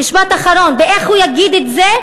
משפט אחרון, באיך הוא יגיד את זה